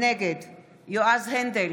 נגד יועז הנדל,